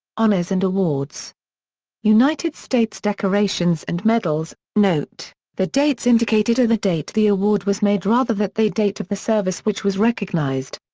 honors and awards united states decorations and medals note the dates indicated are the date the award was made rather that they date of the service which was recognized.